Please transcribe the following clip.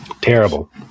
Terrible